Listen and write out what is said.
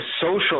social